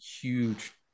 huge